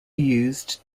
used